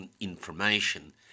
information